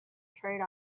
trade